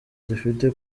dufite